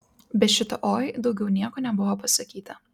be šito oi daugiau nieko nebuvo pasakyta